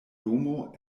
domo